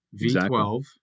V12